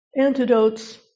Antidotes